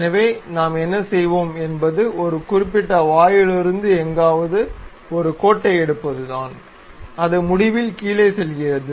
எனவே நாம் என்ன செய்வோம் என்பது ஒரு குறிப்பிட்ட வாயிலிருந்து எங்காவது ஒரு கோட்டை எடுப்பதுதான் அது முடிவில் கீழே செல்கிறது